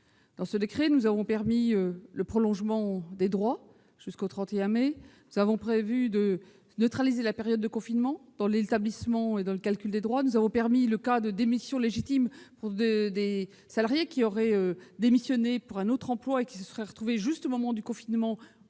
Par ce décret, nous avons permis le prolongement des droits jusqu'au 31 mai ; nous avons prévu de neutraliser la période de confinement dans l'établissement et le calcul des droits ; nous avons autorisé le cas de démission légitime, pour les salariés qui auraient démissionné pour un autre emploi et se seraient retrouvés, au moment du confinement,